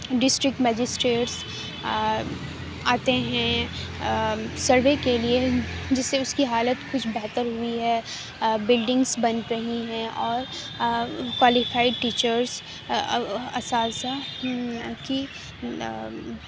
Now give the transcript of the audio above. district magistrates آتے ہیں survey کے لیے جس سے اس کی حالت کچھ بہتر ہوئی ہے بلڈنگس بن رہی ہیں اور کوالیفائی ٹیچرس اساتذہ کی